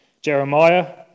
Jeremiah